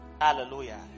Hallelujah